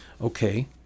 Okay